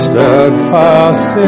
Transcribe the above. Steadfast